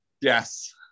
Yes